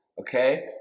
okay